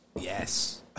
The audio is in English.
Yes